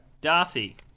Darcy